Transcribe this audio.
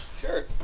Sure